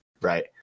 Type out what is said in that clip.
right